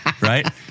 right